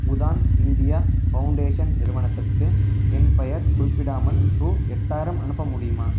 Udaan India foundation நிறுவனத்துக்கு என் பெயர் குறிப்பிடாமல் ரூபா எட்டாயிரம் அனுப்ப முடியுமா